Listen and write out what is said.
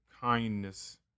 kindness